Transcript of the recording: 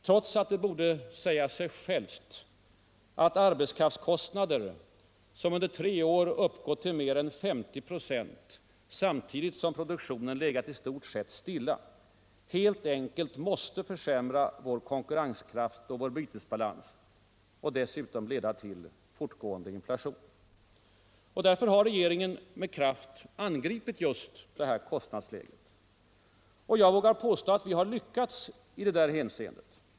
Trots att det borde säga sig självt att arbetskraftskostnadsökningar som under tre år uppgått till mer än 50 26, samtidigt som produktionen legat i stort sett stilla, helt enkelt måste försämra vår konkurrenskraft och vår bytesbalans och dessutom leda till fortgående inflation. Därför har regeringen med kraft angripit just kostnadsläget. Och jag vågar påstå att vi har lyckats i det hänseendet.